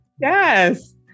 Yes